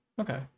Okay